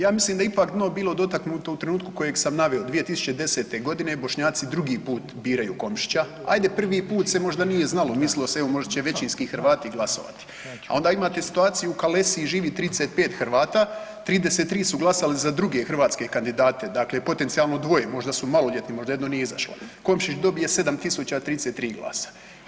Ja mislim da je ipak dno bilo dotaknuto u trenutku kojeg sam naveo 2010. godine Bošnjaci drugi put biraju Komšića, ajde prvi put se možda nije znalo, mislio se evo možda će većinski Hrvati glasovati, a onda ima situaciju u Kalesi živi 35 Hrvata, 33 su glasali za druge hrvatske kandidate, dakle potencijalno 2, možda su maloljetni, možda jedno izašlo, Komšić dobije 7033 glasa.